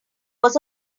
was